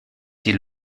die